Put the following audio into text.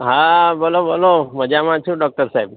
હા બોલો બોલો મજામાં છું ડોક્ટર સાહેબ